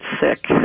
sick